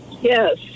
Yes